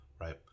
right